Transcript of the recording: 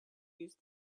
use